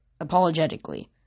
apologetically